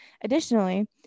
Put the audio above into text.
Additionally